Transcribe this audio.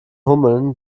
hummeln